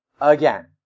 again